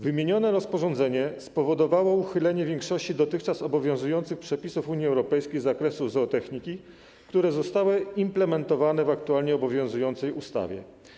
Wymienione rozporządzenie spowodowało uchylenie większości dotychczas obowiązujących przepisów Unii Europejskiej z zakresu zootechniki, które zostały implementowane w aktualnie obowiązującej ustawie.